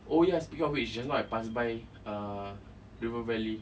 oh ya speaking of which just now I pass by uh river valley